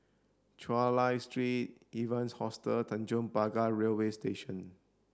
Chulia Street Evans Hostel and Tanjong Pagar Railway Station